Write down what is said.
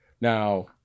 Now